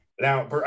Now